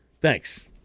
thanks